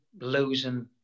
losing